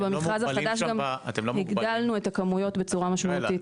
ובמכרז החדש גם הגדלנו את הכמויות בצורה משמעותית.